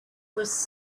was